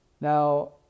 Now